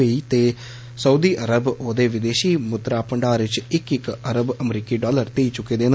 म् ते Saudi Arab ओदे विदेषी मुद्रा भंडार च इक इक अरब अमरीकी डॉलर देई चुके दे न